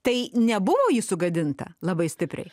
tai nebuvo sugadinta labai stipriai